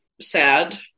sad